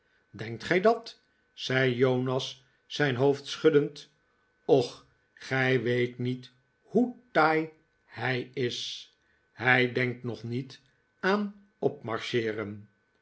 denkt gij dat zei jonas zijn hoofd schuddend och gij weet niet hoe taai hij is hij denkt nog niet aan opmarcheeren